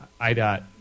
IDOT